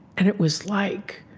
and it was like,